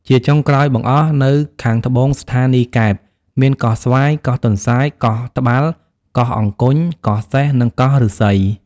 ជាចុងក្រោយបង្អស់ នៅខាងត្បូងស្ថានីយកែប មានកោះស្វាយ កោះទន្សាយ កោះត្បាល់ កោះអង្គញ់ កោះសេះ និងកោះឫស្សី ។